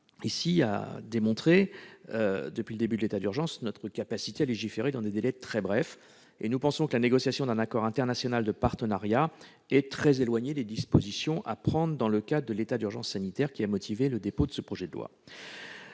a démontré, depuis le début de l'état d'urgence, sa capacité à légiférer dans des délais très brefs. Nous pensons que la négociation d'un accord international de partenariat est très éloignée du champ des dispositions à prendre dans le cadre de l'état d'urgence sanitaire. Ensuite, la décision quant à la